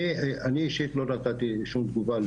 אני אישית לא נתתי שום תגובה,